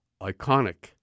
iconic